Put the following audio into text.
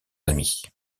amis